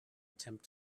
attempt